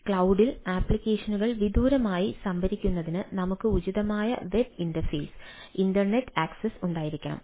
ക്ലൌഡിൽ അപ്ലിക്കേഷനുകൾ വിദൂരമായി സംഭരിക്കുന്നതിന് നമുക്ക് ഉചിതമായ വെബ് ഇന്റർഫേസ് ഇന്റർനെറ്റ് ആക്സസ് ഉണ്ടായിരിക്കണം